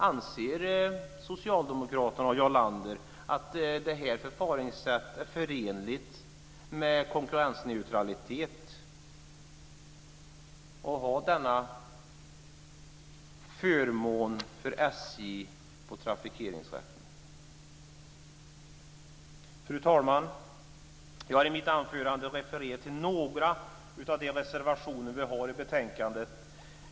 Anser socialdemokraterna och Jarl Lander att det är förenligt med konkurrensneutralitet att SJ har denna förmån när det gäller trafikeringsrätten? Fru talman! Jag har i mitt anförande refererat till några av de reservationer vi har till betänkandet.